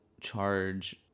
charge